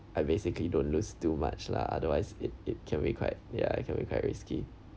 I basically don't lose too much lah otherwise it it can be quite ya it can be quite risky